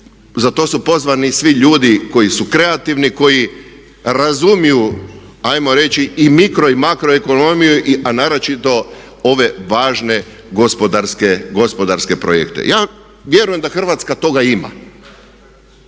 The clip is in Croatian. za to su pozvani svi ljudi koji su kreativni, koji razumiju ajmo reći i mikro i makro ekonomiju a naročito ove važne gospodarske projekte. Ja vjerujem da Hrvatska toga ima.